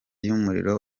y’umuriro